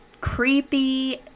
creepy